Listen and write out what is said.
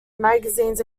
magazines